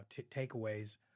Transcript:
takeaways